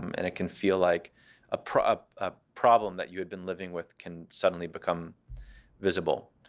um and it can feel like a problem ah problem that you had been living with can suddenly become visible.